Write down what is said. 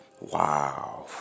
wow